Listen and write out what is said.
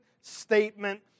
statement